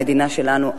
המדינה שלנו,